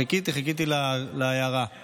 חיכיתי, חיכיתי להערה.